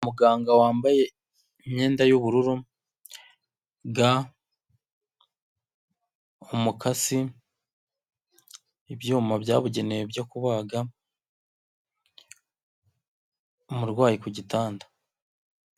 Muganga wambaye imyenda y'ubururu, ga, umukasi, ibyuma bya bugenewe byo kubaga, umurwayi ku gitanda.